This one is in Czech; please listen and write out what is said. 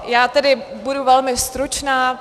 Já tedy budu velmi stručná.